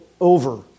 over